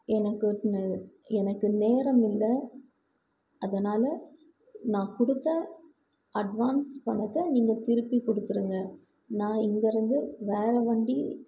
எனக்கு எனக்கு நேரம் இல்லை அதனால் நான் கொடுத்த அட்வான்ஸ் பணத்தை நீங்கள் திருப்பி கொடுத்துடுங்க நான் இங்கே இருக்கிறது வேறு வண்டி